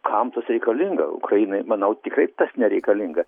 kam tas reikalinga ukrainai manau tikrai tas nereikalinga